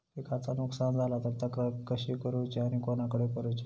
पिकाचा नुकसान झाला तर तक्रार कशी करूची आणि कोणाकडे करुची?